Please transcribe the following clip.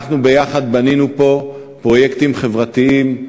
אנחנו ביחד בנינו פה פרויקטים חברתיים,